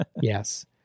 yes